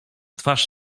twarz